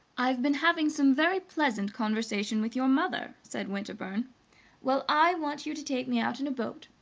i have been having some very pleasant conversation with your mother, said winterbourne well, i want you to take me out in a boat!